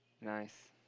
Nice